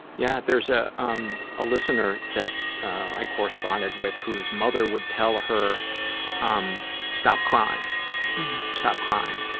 yeah, there's a um ah listener that i corresponded with whose mother would tell her um stop crying stop crying.